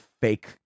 fake